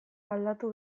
aldatu